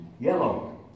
yellow